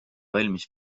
valmis